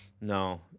No